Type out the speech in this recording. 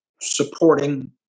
supporting